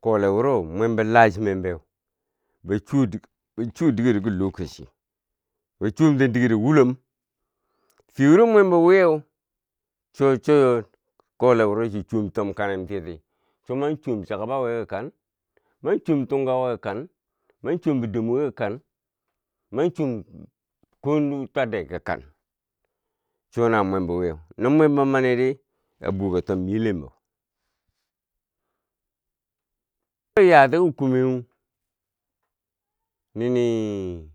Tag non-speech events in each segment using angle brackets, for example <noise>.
Kole wuro mwembo la chinen beu ba chuwo digero ki lokaci ba chuwom ten digero wulom fiye wuro mwem bo wiyeu, chon cho kole wuro chi chuwm tom kanen tiyeti, cho man chuwom chakaba wi ki kan man chuwom tungka wi kikan, man chuwom bidombo wi ki kan, man chuwom ko nuu twadde ki kan chuwo nawo mwem bo wiyeu no mwem bo maniri a buwo ka tom me lem bo <hesitation> yati ki kumeu, nini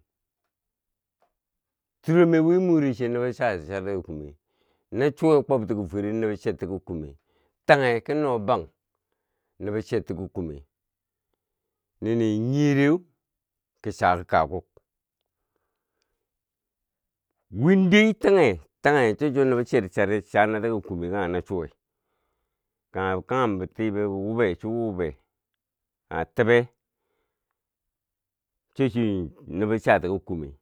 turome wi more che no bo chati bi charti ki kume nachuweu kwobti ki fwere no bo chetti ki kume. Tanghe ki no bang no bo chetti ki kume, nini nghyereu ki cha ki kakuk windi tighe, taghe cho cho nubo charce chari chana ti ki kume kanghe nachuwe, kanghe kanghem bo bi tibe wube, su wube, kanghe tiɓe cho chi no bo cha ti ki kume.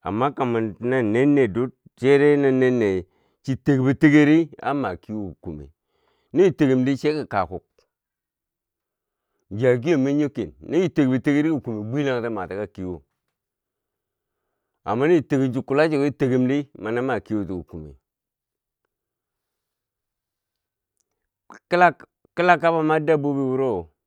Amma kaman na nenne dur chere no nenne chi tekbo tege ri an ma kiwo ki kume no chi tegumdi sai ki ka kuk jagiyo ma nyo ken no chi tekbo tigeri ki kume bwelangheti mati ka ki wo amma no chi tekghum chi kula chuko chi tegumdi, ma ni ma kiwo ti ku ku me, killa kila kabo ma dab bobi wuro.